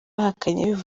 bahakanye